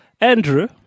Andrew